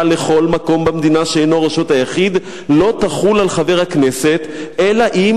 לכל מקום במדינה שאינו רשות היחיד לא תחול על חבר הכנסת אלא אם